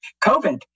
COVID